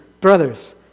brothers